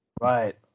Right